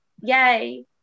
yay